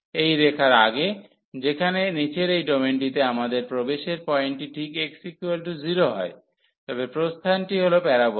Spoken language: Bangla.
এই রেখার আগে এখানে নীচের এই ডোমেনটিতে আমাদের প্রবেশের পয়েন্টটি ঠিক x0 হয় তবে প্রস্থানটি হল প্যারাবোলা